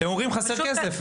הם אומרים חסר כסף.